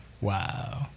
wow